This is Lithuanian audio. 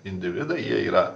individai jie yra